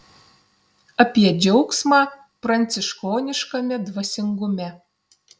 apie džiaugsmą pranciškoniškame dvasingume